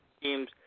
teams